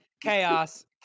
Chaos